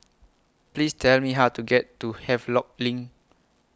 Please Tell Me How to get to Havelock LINK